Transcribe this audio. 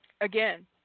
again